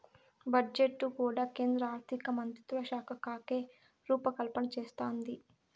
budget కూడా కేంద్ర ఆర్థికమంత్రిత్వకాకే రూపకల్పన చేస్తందాది